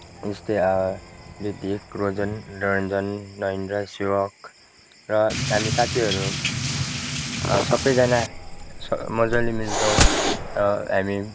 जस्तै रितिक रोजन रन्जन नयन्द्र सेवक र हामी साथीहरू सबैजना मजाले मिल्छौँ र हामी